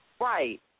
Right